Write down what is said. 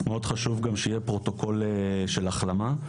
מאוד חשוב שגם יהיה פרוטוקול של החלמה.